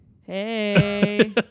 Hey